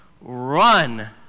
run